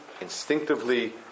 instinctively